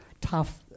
tough